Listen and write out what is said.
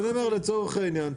לצורך העניין,